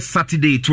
Saturday